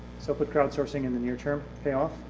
so put crowdsourcing in the near-term payoff.